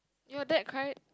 your dad cried